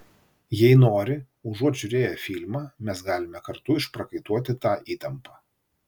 jei nori užuot žiūrėję filmą mes galime kartu išprakaituoti tą įtampą